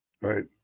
right